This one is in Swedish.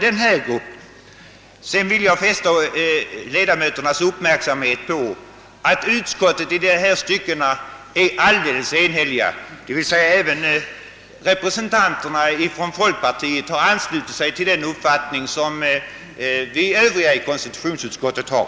Jag vill fästa kammarens uppmärksamhet på att utskottets ledamöter i dessa stycken är helt eniga, även folk partiets representanter har anslutit sig till den uppfattning som vi övriga i konstitutionsutskottet har,